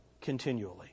continually